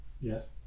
yes